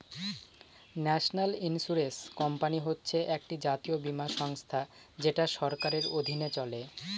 national insurance company হচ্ছে একটি জাতীয় বীমা সংস্থা যেটা সরকারের অধীনে চলে